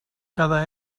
cada